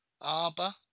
Arba